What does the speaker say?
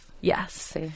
Yes